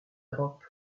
europe